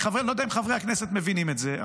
אני לא יודע אם חברי הכנסת מבינים את זה,